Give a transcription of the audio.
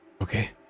Okay